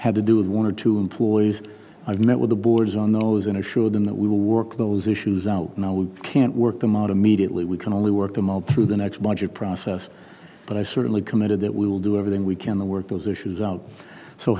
had to do with one or two employees i've met with the boards on those and assured them that we will work those issues out and i would can't work them out immediately we can only work them out through the next budget process but i certainly committed that we will do everything we can the work those issues out so